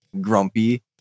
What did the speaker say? grumpy